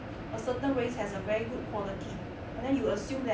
a certain race has a very good quality and then you assume that